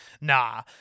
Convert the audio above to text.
nah